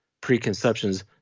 preconceptions